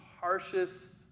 harshest